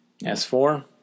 S4